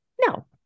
No